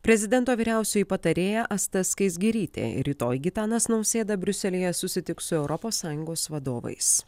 prezidento vyriausioji patarėja asta skaisgirytė rytoj gitanas nausėda briuselyje susitiks su europos sąjungos vadovais